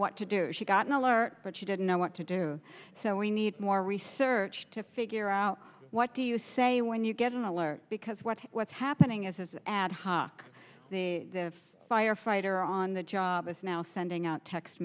what to do she got an alert but she didn't know what to do so we need more research to figure out what do you say when you get an alert because what's what's happening is it's ad hoc the firefighter on the job is now sending out text